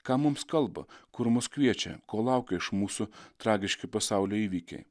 ką mums kalba kur mus kviečia ko laukia iš mūsų tragiški pasaulio įvykiai